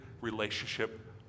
relationship